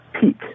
peak